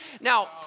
now